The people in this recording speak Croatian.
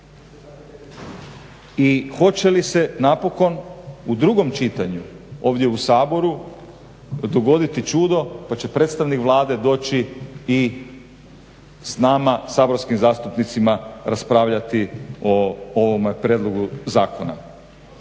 I hoće li se napokon u drugom čitanju ovdje u Saboru dogoditi čudo pa će predstavnik Vlade doći i s nama saborskim zastupnicima raspravljati o ovome prijedlogu zakona.